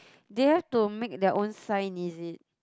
they like to make their own sign is it